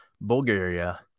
bulgaria